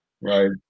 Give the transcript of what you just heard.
Right